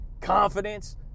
confidence